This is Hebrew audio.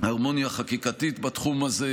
והרמוניה חקיקתית בתחום הזה,